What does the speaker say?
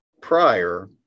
prior